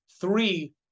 Three